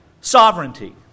sovereignty